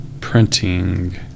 printing